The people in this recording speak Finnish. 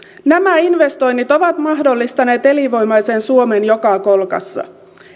nämä investoinnit ovat mahdollistaneet elinvoimaisen suomen joka kolkassa